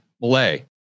Malay